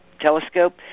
telescope